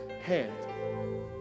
hand